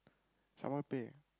someone pay